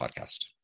Podcast